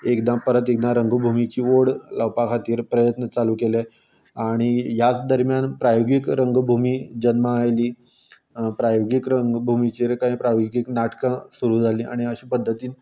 एकदां परत एकदां रंगभुमीचीं ओड लावपा खातीर प्रयत्न चालू केले आनी ह्याच दरम्यान प्रायोगीक रंगभुमी जल्मा आयली प्रायोगीक रंगभुमीचेर कांय प्रायोगीक नाटकां सुरू जालीं आनीक अशें पध्दतीन